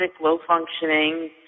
low-functioning